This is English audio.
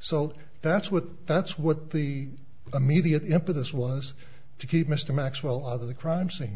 so that's what that's what the immediate impetus was to keep mr maxwell out of the crime scene